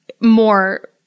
more